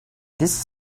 this